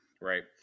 Right